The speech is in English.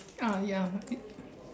ah ya